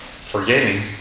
forgetting